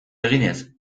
eginez